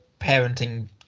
parenting